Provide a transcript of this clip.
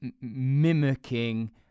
mimicking